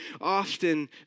often